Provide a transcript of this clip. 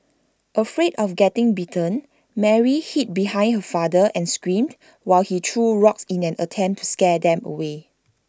afraid of getting bitten Mary hid behind her father and screamed while he threw rocks in an attempt to scare them away